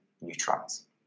neutrons